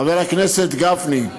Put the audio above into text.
חבר הכנסת גפני,